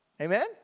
Amen